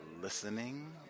listening